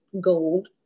gold